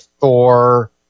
Thor